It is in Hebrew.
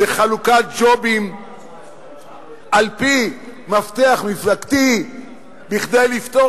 זו חלוקת ג'ובים על-פי מפתח מפלגתי כדי לפתור